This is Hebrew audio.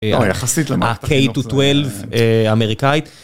לא, היא יחסית למטה. ה-K-to-12 אמריקאית.